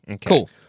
Cool